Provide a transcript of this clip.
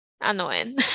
annoying